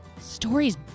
stories